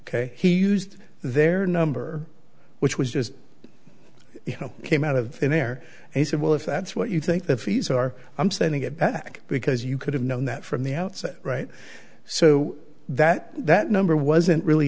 ok he used their number which was just you know came out of thin air and he said well if that's what you think the fees are i'm sending it back because you could have known that from the outset right so that that number wasn't really